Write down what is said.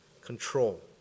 control